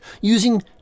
using